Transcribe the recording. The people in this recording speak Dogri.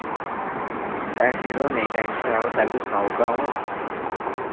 पैसे तुस नेईं टैंशन लाओ तैलु सनाउगा आऊं